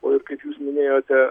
o ir kaip jūs minėjote